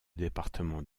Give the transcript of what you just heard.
département